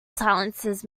silences